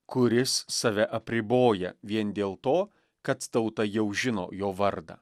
kuris save apriboja vien dėl to kad tauta jau žino jo vardą